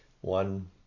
one